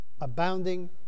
abounding